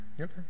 Okay